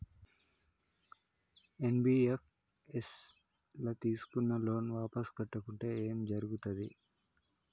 NBFS ల తీస్కున్న loan వాపస్ కట్టకుంటే ఏం జర్గుతది?